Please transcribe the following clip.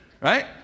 right